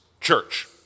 church